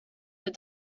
your